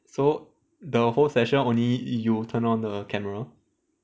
so the whole session only you turn on the camera